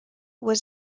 was